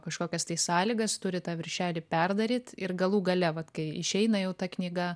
kažkokias sąlygas turit tą viršelį perdaryt ir galų gale vat kai išeina jau ta knyga